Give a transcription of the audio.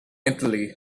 italy